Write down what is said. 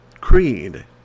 creed